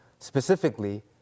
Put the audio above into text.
specifically